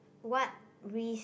what risk